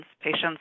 Patients